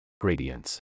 Gradients